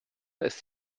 ist